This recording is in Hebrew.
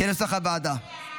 סעיפים 2